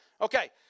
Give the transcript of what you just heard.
Okay